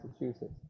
Massachusetts